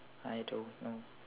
I don't know